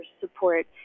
support